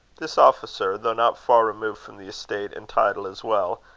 this officer, though not far removed from the estate and title as well,